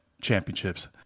Championships